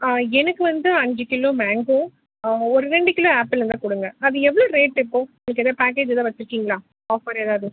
ஆ எனக்கு வந்து அஞ்சு கிலோ மேங்கோ ஒரு ரெண்டு கிலோ ஆப்பிள் இருந்தால் கொடுங்க அது எவ்வளோ ரேட் இப்போது நீங்கள் எதாது பேக்கேஜ் எதாது வச்சிருக்கீங்களா ஆஃபர் எதாது